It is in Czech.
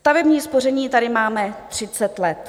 Stavební spoření tady máme 30 let.